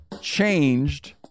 changed